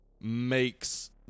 makes